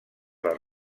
les